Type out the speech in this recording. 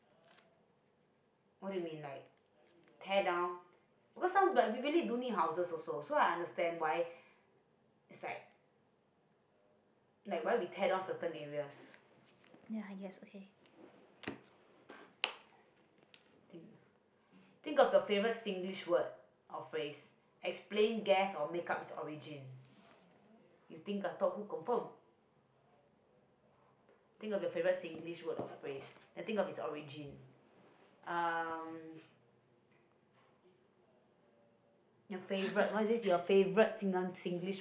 ya i guess okay